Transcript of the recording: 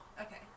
Okay